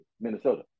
Minnesota